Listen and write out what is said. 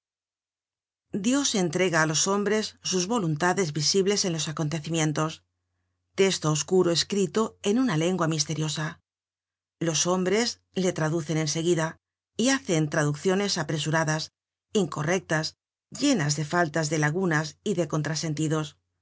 dios entrega á los hombres sus voluntades visibles en los acontecimientos testo oscuro escrito en una lengua misteriosa los hombres le traducen en seguida y hacen traducciones apresuradas incorrectas llenas de faltas de lagunas y de contrasentidos